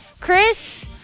Chris